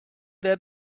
their